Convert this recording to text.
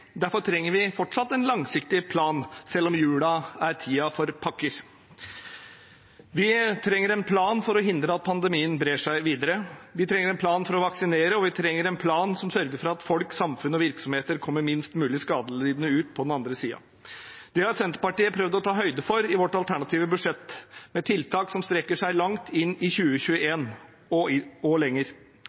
Derfor trenger vi fortsatt en langsiktig plan, selv om jula er tiden for pakker. Vi trenger en plan for å hindre at pandemien brer seg videre, vi trenger en plan for å vaksinere, og vi trenger en plan som sørger for at folk, samfunn og virksomheter kommer minst mulig skadelidende ut på den andre siden. Det har Senterpartiet prøvd å ta høyde for i sitt alternative budsjett med tiltak som strekker seg langt inn i 2021 og lenger. Kritikken fra regjeringen og